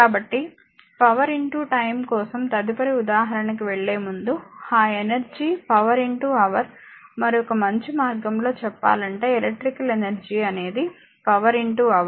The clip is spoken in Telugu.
కాబట్టి పవర్ టైమ్ కోసం తదుపరి ఉదాహరణకి వెళ్ళే ముందు ఆ ఎనర్జీ పవర్ హవర్ మరొక మంచి మార్గంలో చెప్పాలంటే ఎలక్ట్రికల్ ఎనర్జీ అనేది పవర్ హవర్